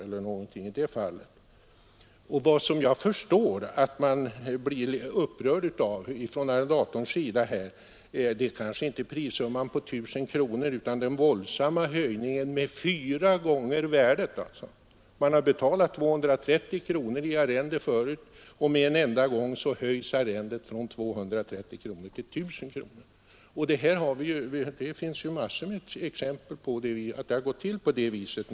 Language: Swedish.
Jag förstår att det kanske inte i första hand är beloppet 1 000 kronor utan den våldsamma höjningen av fyra gånger den förut gällande arrendesumman, som man blir upprörd över. Man har förut betalat ett arrende på 230 kronor, och med en enda gång höjs detta från 230 till 1 000 kronor. Det finns exempel på att det i många fall har gått till på det viset.